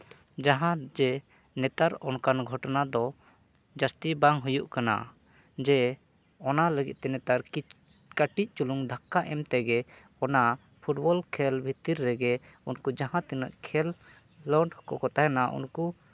ᱡᱟᱦᱟᱸ ᱡᱮ ᱱᱮᱛᱟᱨ ᱚᱱᱠᱟᱱ ᱜᱷᱚᱴᱚᱱᱟ ᱫᱚ ᱡᱟᱹᱥᱛᱤ ᱵᱟᱝ ᱦᱩᱭᱩᱜ ᱠᱟᱱᱟ ᱡᱮ ᱚᱱᱟ ᱞᱟᱹᱜᱤᱫ ᱛᱮ ᱱᱮᱛᱟᱨ ᱠᱤ ᱠᱟᱹᱤᱴᱡ ᱪᱩᱞᱩᱝ ᱫᱷᱟᱠᱠᱟ ᱮᱢ ᱛᱮᱜᱮ ᱚᱱᱟ ᱯᱷᱩᱴᱵᱚᱞ ᱠᱷᱮᱞ ᱵᱷᱤᱛᱤᱨ ᱨᱮᱜᱮ ᱩᱱᱠᱩ ᱡᱟᱦᱟᱸ ᱛᱤᱱᱟᱹᱜ ᱠᱷᱮᱞ ᱠᱷᱤᱞᱚᱸᱰ ᱠᱚᱠᱚ ᱛᱟᱦᱮᱱᱟ ᱩᱱᱠᱩ